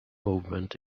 movement